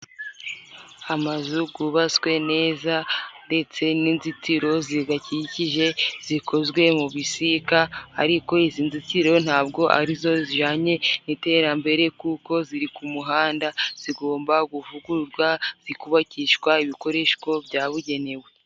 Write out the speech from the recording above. Amazu gwubatswe neza ndetse n'inzitiro zigakikije, zikozwe mu bisika, ariko izi nzitiro ntabwo ari zo zijanye n'iterambere, kuko ziri ku muhanda, zigomba kuvugururwa, zikubakishwa ibikoresho byabugenewe.